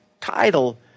title